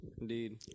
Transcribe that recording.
Indeed